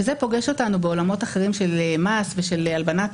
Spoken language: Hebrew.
שזה פוגש אותנו בעולמות אחרים של מס ושל הלבנת